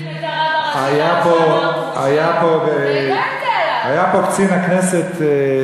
היה פה קצין הכנסת,